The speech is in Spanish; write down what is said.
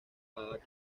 abad